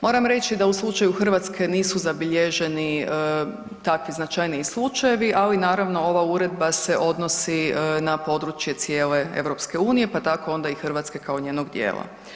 Moram reći da u slučaju Hrvatske nisu zabilježeni takvi značajniji slučajevi, ali naravno ova uredba se odnosi na područje cijele EU pa tako onda i Hrvatske kao njenog dijela.